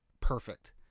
perfect